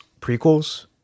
prequels